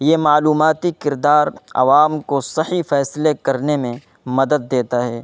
یہ معلوماتی کردار عوام کو صحیح فیصلے کرنے میں مدد دیتا ہے